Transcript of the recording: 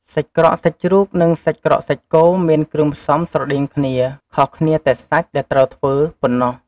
សាច់ក្រកសាច់ជ្រូក និងសាច់ក្រកសាច់គោ មានគ្រឿងផ្សំស្រដៀងគ្នាខុសគ្នាតែសាច់ដែលត្រូវធ្វើប៉ុណ្ណោះ។